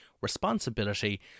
responsibility